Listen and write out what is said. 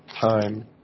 time